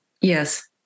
Yes